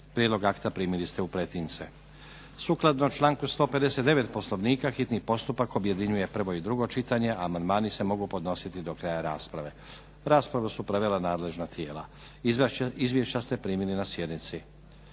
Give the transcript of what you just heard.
Prijedlog akta primili ste u pretince. Sukladno članku 159. Poslovnika hitni postupak objedinjuje prvo i drugo čitanje. Amandmani se mogu podnositi do kraja rasprave. Raspravu su provela nadležna tijela. Izvješća ste primili na sjednici.